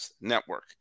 network